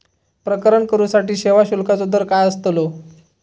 प्रकरण करूसाठी सेवा शुल्काचो दर काय अस्तलो?